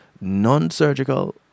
non-surgical